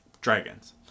dragons